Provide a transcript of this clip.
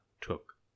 took